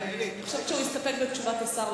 אני חושבת שהוא הסתפק בהצעת השר.